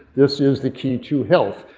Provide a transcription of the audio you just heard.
this is the key to health.